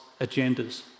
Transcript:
agendas